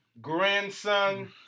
grandson